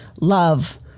love